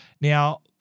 Now